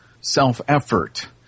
self-effort